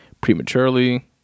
prematurely